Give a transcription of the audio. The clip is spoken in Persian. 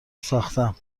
ساختم